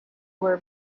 were